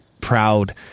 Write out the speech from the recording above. proud